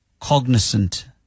cognizant